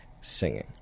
singing